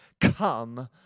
Come